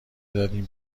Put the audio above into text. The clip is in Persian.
دادیم